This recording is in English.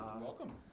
Welcome